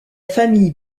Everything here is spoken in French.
famille